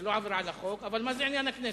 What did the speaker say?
זה לא עבירה על החוק, אבל מה זה עניין הכנסת?